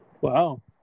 Wow